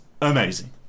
amazing